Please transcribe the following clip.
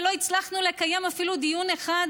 ולא הצלחנו לקיים אפילו דיון אחד,